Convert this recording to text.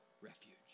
refuge